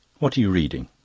what are you reading?